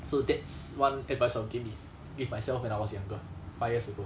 so that's one advice I'll give me give myself when I was younger five years ago